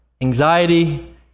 Anxiety